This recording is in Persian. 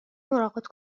ملاقات